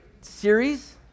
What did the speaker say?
series